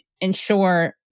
ensure